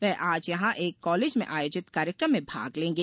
वे आज यहां एक कॉलेज में आयोजित कार्यक्रम में भाग लेंगे